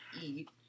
eat